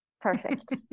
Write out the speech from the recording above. Perfect